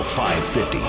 550